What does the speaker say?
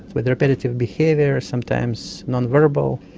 with repetitive behaviour, sometimes non-verbal.